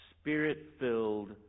Spirit-filled